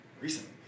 recently